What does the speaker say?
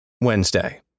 Wednesday